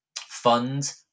fund